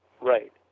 Right